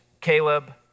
Caleb